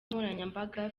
nkoranyambaga